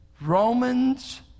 Romans